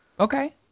Okay